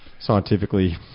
Scientifically